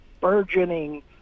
burgeoning